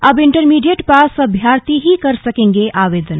अब intermediate pass अभ्यर्थी ही कर सकेंगे आवेदन